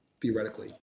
theoretically